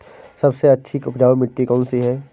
सबसे अच्छी उपजाऊ मिट्टी कौन सी है?